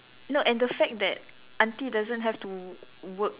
no and the fact that aunty doesn't have to work